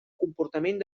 comportament